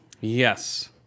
Yes